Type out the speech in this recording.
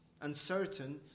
uncertain